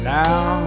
now